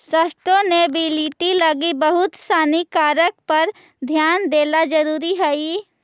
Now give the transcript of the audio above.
sustainability लगी बहुत सानी कारक पर ध्यान देला जरुरी हई